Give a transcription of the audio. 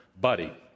buddy